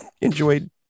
enjoyed